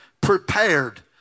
prepared